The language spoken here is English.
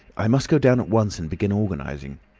i must go down at once and begin organising.